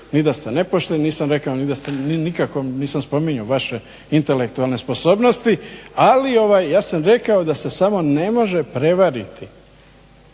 ni da ste nepošteni, nisam rekao ni da ste nikako nisam spomenuo vaše intelektualne sposobnosti, ali ja sam rekao da se samo ne može prevariti